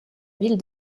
ville